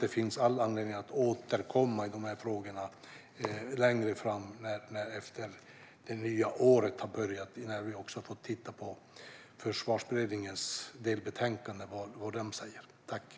Det finns all anledning att återkomma i frågorna längre fram efter det att det nya året har börjat och när vi har fått titta på vad Försvarsberedningen säger i sitt delbetänkande.